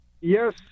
yes